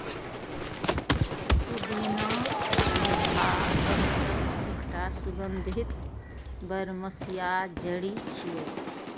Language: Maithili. पुदीना मेंथा वंशक एकटा सुगंधित बरमसिया जड़ी छियै